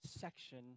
section